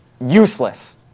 Useless